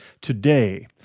Today